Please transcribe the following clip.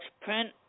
print